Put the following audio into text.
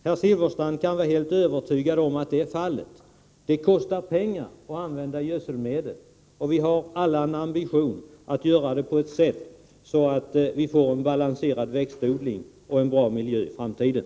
Herr Silfverstrand kan vara helt övertygad om att det är fallet. Det kostar pengar att använda gödselmedel, och vi har alla en ambition att göra det på ett sådant sätt att vi får en balanserad växtodling och en bra miljö i framtiden.